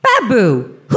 Babu